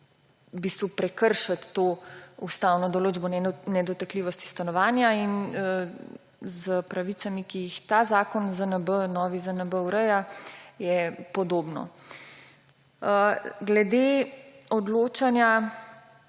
v bistvu prekršiti to ustavno določbo nedotakljivosti stanovanja. In s pravicami, ki jih ta novi ZNB ureja, je podobno. Glede odločanja